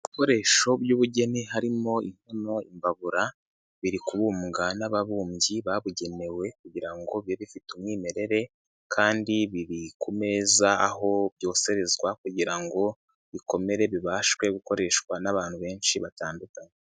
Ibikoresho by'ubugeni, harimo inkono, imbabura, biri kubumnga n'ababumbyi babugenewe, kugira bibe bifite umwimerere, kandi biri ku meza aho byonserezwa kugira ngo bikomere, bibashewe gukoreshwa n'abantu benshi batandukanye.